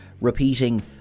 repeating